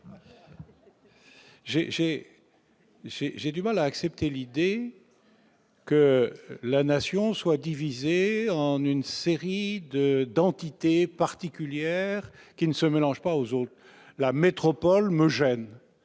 J'ai du mal à accepter l'idée que la Nation se divise en une série d'entités particulières qui ne se mélangent pas. C'est pourquoi l'idée de métropole me gêne